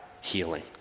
healing